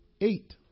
eight